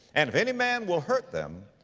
and if any man will hurt them,